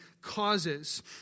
causes